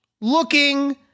looking